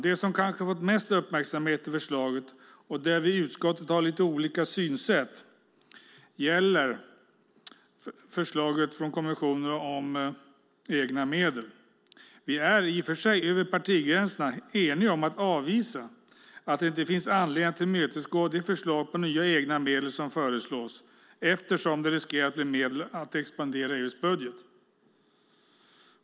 Det som kanske fått mest uppmärksamhet i förslaget och där vi i utskottet har lite olika synsätt gäller förslaget från kommissionen om egna medel. Vi är i och för sig över partigränserna eniga om att det inte finns anledning att tillmötesgå de förslag på nya egna medel som föreslås, eftersom det riskerar att bli medel att expandera EU:s budget.